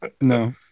No